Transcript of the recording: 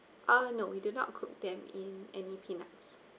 uh no we do not cook them in any peanuts